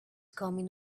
coming